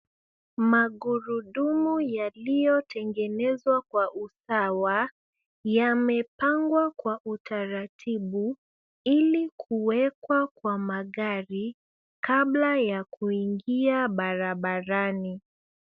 Magurudumu yaliyotengenezwa kwa usawa yamepangwa kwa utaratibu ili kuwekwa kwa magari, kabla ya kuingia barabarani.